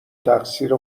تقصیر